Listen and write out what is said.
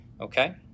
okay